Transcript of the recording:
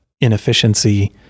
inefficiency